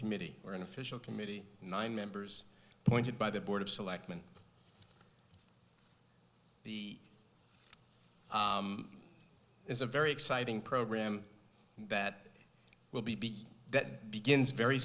committee or an official committee nine members pointed by the board of selectmen the is a very exciting program that will be that begins very